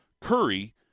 Curry